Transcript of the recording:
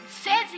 says